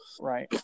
Right